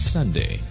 Sunday